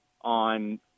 on